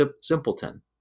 simpleton